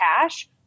cash